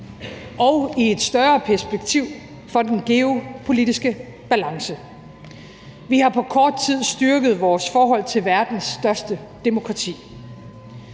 og i et større perspektiv for den geopolitiske balance. Vi har på kort tid styrket vores forhold til verdens største demokrati.